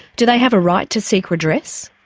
do they have a right to seek redress?